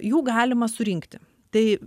jų galima surinkti tai